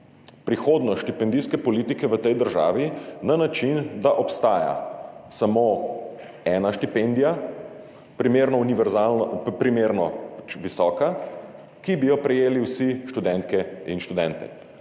prihodnost štipendijske politike v tej državi na način, da obstaja samo ena štipendija, primerno visoka, ki bi jo prejeli vsi študentke in študentje.